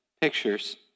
pictures